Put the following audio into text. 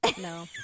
No